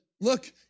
look